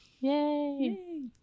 yay